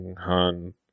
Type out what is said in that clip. Han